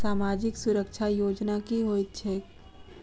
सामाजिक सुरक्षा योजना की होइत छैक?